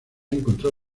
encontró